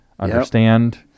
Understand